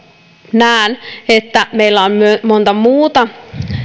näen että meillä on monta muuta